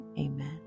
amen